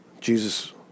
Jesus